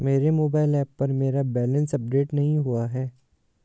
मेरे mobile app पर मेरा बैलेंस अपडेट नहीं हुआ है